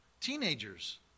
teenagers